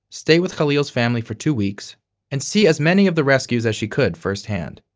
stay with khalil's family for two weeks, and see as many of the rescues as she could firsthand.